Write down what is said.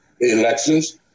elections